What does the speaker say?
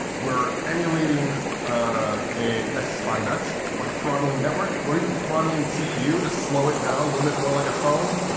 we're emulating ah a nexus five x, or throttling network, we're even throttling cpu to slow it down a little bit more like a phone.